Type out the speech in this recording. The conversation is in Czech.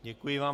Děkuji vám.